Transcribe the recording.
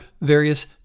various